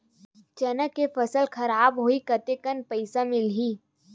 चना के फसल खराब होही कतेकन पईसा मिलही?